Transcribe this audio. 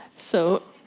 so,